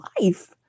life